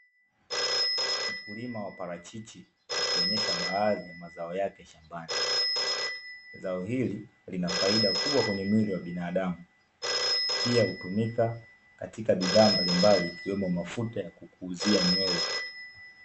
Mkulima wa parachichi akionyesha baadhi ya mazao yake shambani. Zao hili lina faida kubwa kwenye mwili wa binadamu. Pia hutumika katika bidhaa mbalimbali ikiwemo mafuta ya kukuzia nywele.